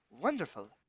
Wonderful